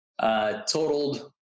Totaled